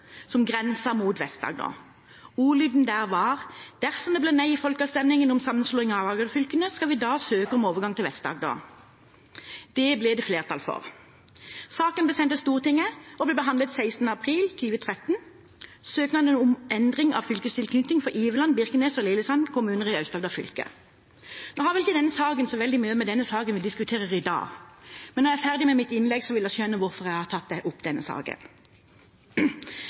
som grenset mot Vest-Agder. Ordlyden der var: Dersom det ble nei i folkeavstemningen om sammenslåing av Agder-fylkene, skal vi da søke om overgang til Vest-Agder? Det ble det flertall for. Saken ble sendt til Stortinget, og innstillingen ble avgitt den 16. april 2013, søknaden om endring av fylkestilknytning for Iveland, Birkenes og Lillesand kommuner i Aust-Agder fylke. Nå har vel ikke denne saken så veldig mye å gjøre med den saken vi diskuterer i dag, men når jeg er ferdig med mitt innlegg, vil dere skjønne hvorfor jeg har tatt opp denne